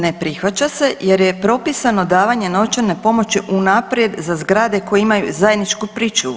Ne prihvaća se jer je propisano davanje novčane pomoći unaprijed za zgrade koje imaju zajedničku pričuvu.